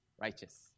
righteous